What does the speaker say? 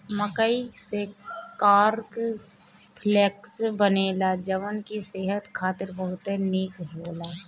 मकई से corn flakes बनेला जवन की सेहत खातिर बहुते निक होला